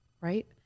Right